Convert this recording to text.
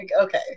okay